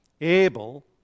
Abel